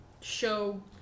show